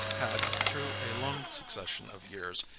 had, through a long succession of years,